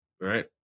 right